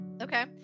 okay